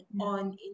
on